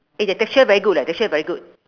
eh that texture very good leh texture very good